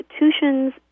institutions